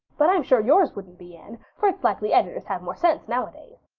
but i'm sure yours wouldn't be, anne, for it's likely editors have more sense nowadays.